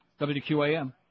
WQAM